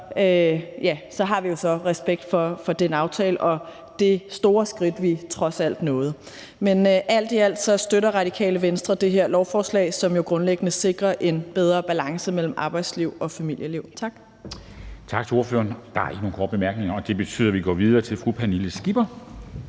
vi har jo så respekt for den aftale og det store skridt, vi trods alt nåede. Men alt i alt støtter Radikale Venstre det her lovforslag, som jo grundlæggende sikrer en bedre balance mellem arbejdsliv og familieliv. Tak.